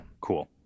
Cool